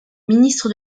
ministre